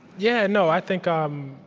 yeah, no, i think um